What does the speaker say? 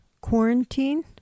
quarantine